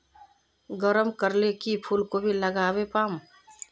गरम कले की फूलकोबी लगाले पाम?